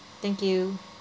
thank you